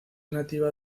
nativa